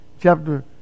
chapter